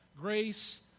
grace